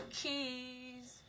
keys